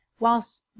Whilst